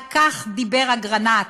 על כך דיבר אגרנט.